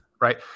right